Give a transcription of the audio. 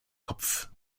kopf